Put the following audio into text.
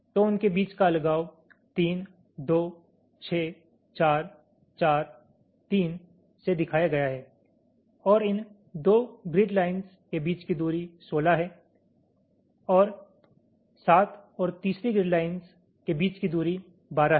तो उनके बीच का अलगाव 3 2 6 4 4 3 से दिखाया गया है और इन 2 ग्रिड लाइंस के बीच की दूरी 16 हैं और 7 और तीसरी ग्रिड लाइंस के बीच की दूरी 12 हैं